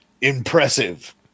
impressive